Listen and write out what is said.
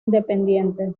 independiente